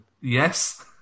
Yes